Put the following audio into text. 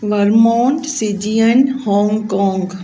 मर्मॉन्ड C G N Hong Kong